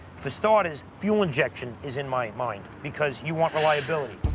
for starters, fuel injection is in my mind, because you want reliability.